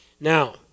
Now